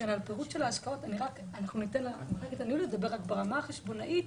הפירוט של ההשקעות, ברמה החשבונאית,